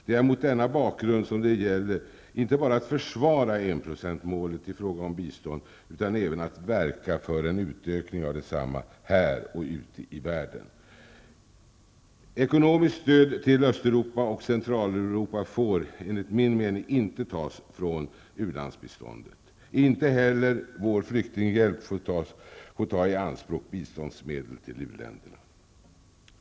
Det är mot denna bakgrund det gäller att inte bara försvara enprocentsmålet i fråga om bistånd utan även att verka för en utökning av detsamma här och ute i världen. Ekonomiskt stöd till Öst och Centraleuropa får, enligt min mening, inte tas från u-landsbiståndet. Inte heller vår flyktinghjälp får ta i anspråk biståndsmedel till u-länderna.